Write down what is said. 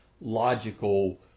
logical